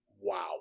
wow